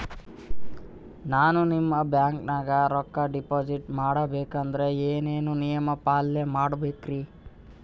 ನಾನು ನಿಮ್ಮ ಬ್ಯಾಂಕನಾಗ ರೊಕ್ಕಾ ಡಿಪಾಜಿಟ್ ಮಾಡ ಬೇಕಂದ್ರ ಏನೇನು ನಿಯಮ ಪಾಲನೇ ಮಾಡ್ಬೇಕ್ರಿ?